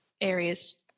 areas